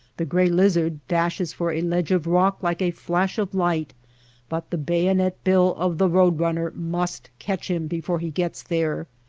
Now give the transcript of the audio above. the gray lizard dashes for a ledge of rock like a flash of light but the bayonet bill of the road runner must catch him before he gets there.